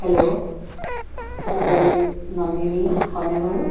hello hotel Nandini হয়নে বাৰু